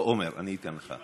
בוא, עמר, אני אתן לך.